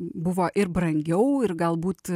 buvo ir brangiau ir galbūt